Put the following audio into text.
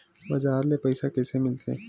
बजार ले पईसा कइसे मिलथे?